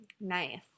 Nice